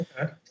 Okay